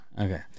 Okay